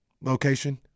location